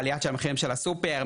מעליית המחירים בסופר,